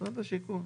משרד השיכון.